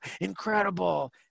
incredible